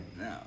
No